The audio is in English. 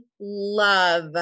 love